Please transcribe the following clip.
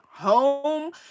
home